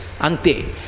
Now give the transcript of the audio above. Ante